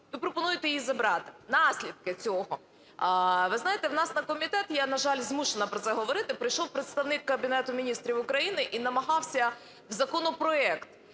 Ви пропонуєте її забрати, наслідки цього. Ви знаєте, у нас на комітет, я, на жаль, змушена про це говорити, прийшов представник Кабінету Міністрів України і намагався в законопроект